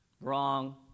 Wrong